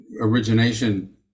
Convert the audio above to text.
origination